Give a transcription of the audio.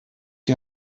die